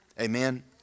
Amen